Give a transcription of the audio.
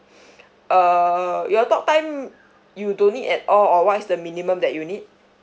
uh your talk time you don't need at all or what is the minimum that you need